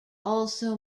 also